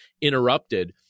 interrupted